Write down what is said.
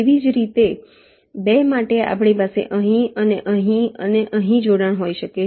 તેવી જ રીતે 2 માટે આપણી પાસે અહીં અને અહીં અને અહીં જોડાણ હોઈ શકે છે